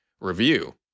review